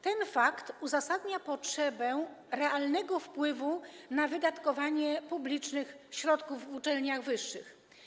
Ten fakt uzasadnia potrzebę realnego wpływu na wydatkowanie publicznych środków w uczelniach wyższych.